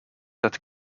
that